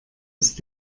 ist